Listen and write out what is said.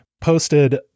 posted